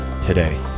today